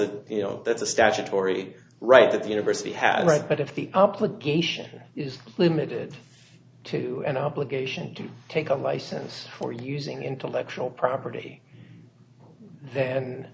a you know that's a statutory right that the university has a right but if the obligation is limited to an obligation to take a license for using intellectual property then